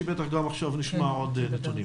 ובטח עכשיו נשמע עוד נתונים.